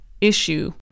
issue